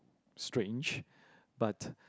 strange but